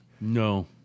No